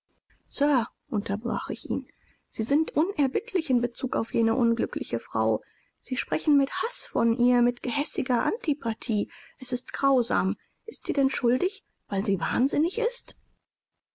unterbrach ich ihn sie sind unerbittlich in bezug auf jene unglückliche frau sie sprechen mit haß von ihr mit gehässiger antipathie es ist grausam ist sie denn schuldig weil sie wahnsinnig ist